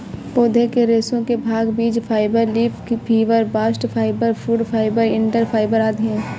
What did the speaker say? पौधे के रेशे के भाग बीज fibre, leaf fibre, bast fibre, fruit fibre, डंठल फाइबर आदि है